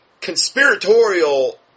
conspiratorial